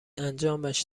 انجامش